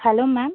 hello ma'am